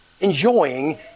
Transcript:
enjoying